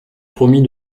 promis